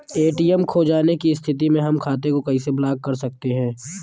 ATM खो जाने की स्थिति में हम खाते को कैसे ब्लॉक कर सकते हैं?